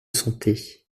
santé